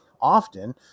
often